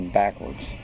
backwards